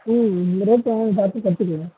ம் இந்த ரேட்டை பார்த்து குறச்சிக்குறேன்